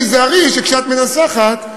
תיזהרי שכשאת מנסחת,